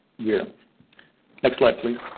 year next slide please.